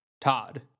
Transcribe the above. Todd